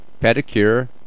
Pedicure